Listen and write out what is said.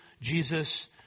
Jesus